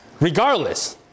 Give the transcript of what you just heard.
Regardless